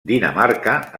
dinamarca